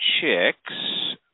chicks